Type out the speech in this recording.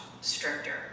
stricter